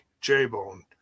J-Bone